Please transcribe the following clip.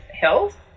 health